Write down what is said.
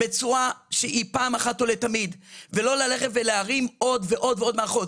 בצורה שהיא פעם אחת ולתמיד ולא ללכת להרים עוד ועוד מערכות.